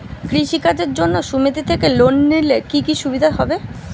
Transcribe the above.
কৃষি কাজের জন্য সুমেতি থেকে লোন নিলে কি কি সুবিধা হবে?